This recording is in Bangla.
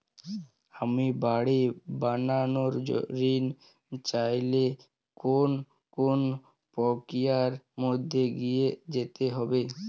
আমি বাড়ি বানানোর ঋণ চাইলে কোন কোন প্রক্রিয়ার মধ্যে দিয়ে যেতে হবে?